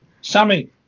Sammy